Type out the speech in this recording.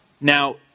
Now